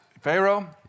Pharaoh